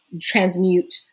transmute